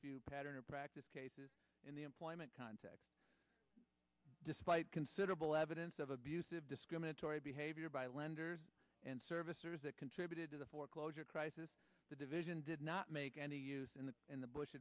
few pattern of practice cases in the employment context despite considerable evidence of abusive discriminatory behavior by lenders and servicers that contributed to the foreclosure crisis the division did not make any use in the in the bush